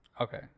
Okay